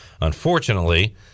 unfortunately